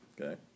okay